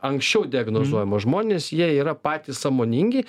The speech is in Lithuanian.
anksčiau diagnozuojama žmonės jie yra patys sąmoningi